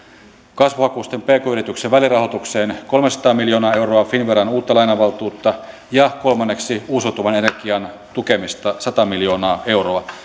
kasvuhakuisten pk yritysten välirahoitukseen kolmesataa miljoonaa euroa finnveran uutta lainavaltuutta ja kolmanneksi uusiutuvan energian tukemiseen sata miljoonaa euroa